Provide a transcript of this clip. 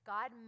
God